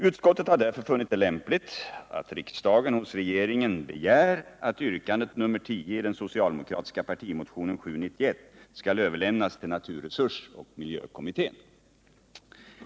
Utskottet har därför funnit det lämpligt att riksdagen hos regeringen begär att yrkandet nr 10 i den socialdemokratiska partimotionen 791 skall överlämnas till naturresursoch miljökommittén.